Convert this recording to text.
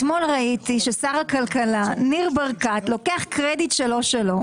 אתמול ראיתי ששר הכלכלה ניר ברקת לוקח קרדיט שלא שלו,